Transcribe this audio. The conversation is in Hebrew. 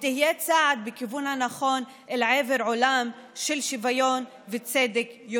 היא תהיה צעד בכיוון הנכון אל עבר עולם של יותר שוויון וצדק.